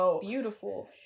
beautiful